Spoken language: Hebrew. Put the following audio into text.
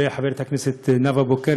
וחברת הכנסת נאוה בוקר,